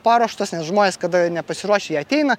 paruoštos nes žmonės kada nepasiruošę jie ateina